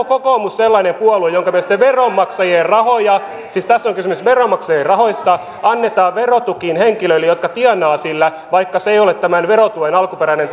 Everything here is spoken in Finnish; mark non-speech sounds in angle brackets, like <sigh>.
<unintelligible> kokoomus sellainen puolue jonka mielestä veronmaksajien rahoja siis tässä on kysymys veronmaksajien rahoista annetaan verotukiin henkilöille jotka tienaavat sillä vaikka se ei ole tämän verotuen alkuperäinen <unintelligible>